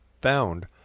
found